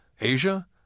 Asia